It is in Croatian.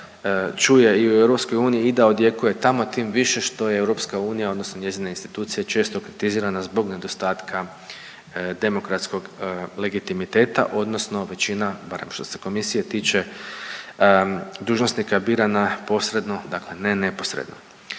čuje i u EU i da odjekuje tamo, tim više što je EU odnosno njezine institucija često kritizirana zbog nedostatka demokratskog legitimiteta odnosno većina, barem što se komisije tiče, dužnosnika je birana posredno, dakle ne neposredno.